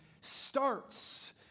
starts